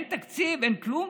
אין תקציב אין כלום,